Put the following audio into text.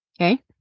Okay